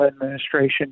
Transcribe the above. administration